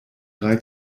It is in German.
drei